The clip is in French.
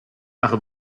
par